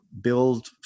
build